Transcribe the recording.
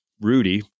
Rudy